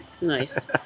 nice